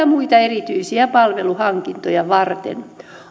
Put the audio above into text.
muita erityisiä palveluhankintoja varten